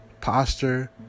Posture